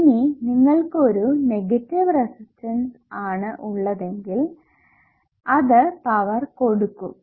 ഇനി നിങ്ങൾക്ക് ഒരു നെഗറ്റിവ്റ റെസിസ്റ്റർ ആണ് ഉള്ളതെങ്കിൽ അത് പവർ കൊടുക്കും